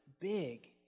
big